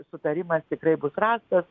sutarimas tikrai bus rastas